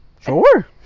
sure